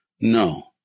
no